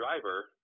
driver